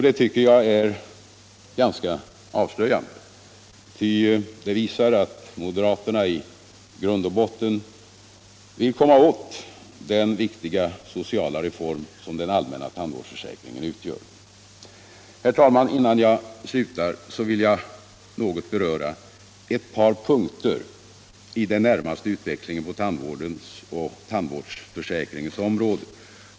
Det tycker jag är ganska avslöjande, ty det visar att moderaterna i grund och botten vill komma åt den viktiga sociala reform som den allmänna tandvårdsförsäkringen utgör. Herr talman! Innan jag slutar vill jag något beröra ett par punkter i den närmaste utvecklingen på tandvårdens och tandvårdsförsäkringens område.